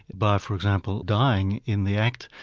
by for example dying in the act,